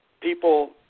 people